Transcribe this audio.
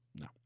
No